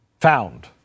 found